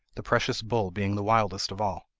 the precious bull being the wildest of all.